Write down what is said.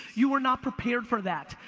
you are not prepared for that.